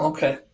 Okay